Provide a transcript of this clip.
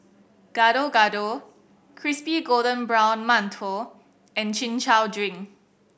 Gado Gado crispy golden brown mantou and Chin Chow drink